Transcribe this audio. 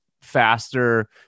faster